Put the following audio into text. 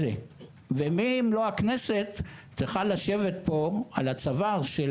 ומי אם לא הכנסת צריכה לשבת פה על הצוואר של